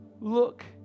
Look